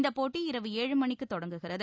இந்தப் போட்டி இரவு ஏழுமணிக்குத் தொடங்குகிறது